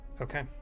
Okay